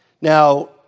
Now